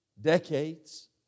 decades